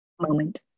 moment